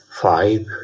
five